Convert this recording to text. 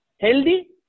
Healthy